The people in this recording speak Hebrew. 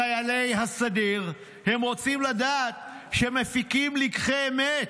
לחיילי הסדיר, הם רוצים לדעת שמפיקים לקחי אמת.